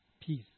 peace